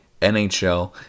NHL